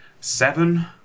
Seven